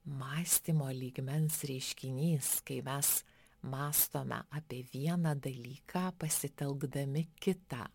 mąstymo lygmens reiškinys kai mes mąstome apie vieną dalyką pasitelkdami kitą